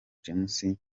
james